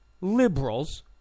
liberals